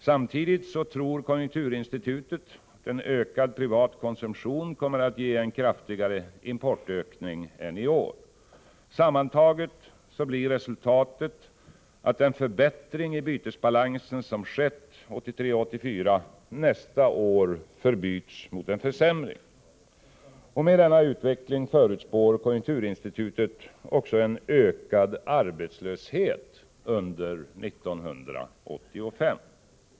Samtidigt tror konjunkturinstitutet att en ökad privat konsumtion kommer att ge en kraftigare importökning än i år. Sammantaget blir resultatet att den förbättring i bytesbalansen som skett 1983 och 1984 nästa år förbyts i en försämring. Med denna utveckling förutspår konjunkturinstitutet också en ökad arbetslöshet under 1985.